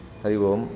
Hari Om